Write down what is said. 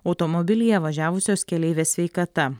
automobilyje važiavusios keleivės sveikata